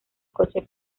coche